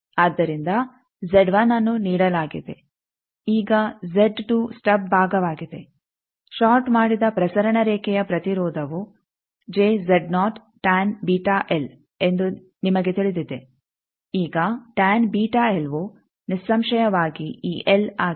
ಆದ್ದರಿಂದ ಅನ್ನು ನೀಡಲಾಗಿದೆ ಈಗ ಸ್ಟಬ್ ಭಾಗವಾಗಿದೆ ಷಾರ್ಟ್ ಮಾಡಿದ ಪ್ರಸರಣ ರೇಖೆಯ ಪ್ರತಿರೋಧವು ಎಂದು ನಿಮಗೆ ತಿಳಿದಿದೆ ಈಗ ವು ನಿಸ್ಸಂಶಯವಾಗಿ ಈ ಎಲ್ ಆಗಿದೆ